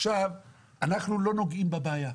אנחנו לא נוגעים בבעיה,